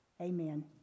Amen